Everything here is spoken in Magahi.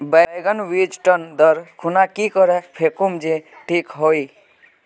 बैगन बीज टन दर खुना की करे फेकुम जे टिक हाई?